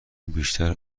بیشتر